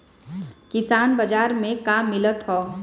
किसान बाजार मे का मिलत हव?